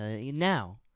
Now